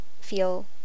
feel